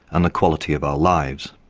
and the quality of our lives.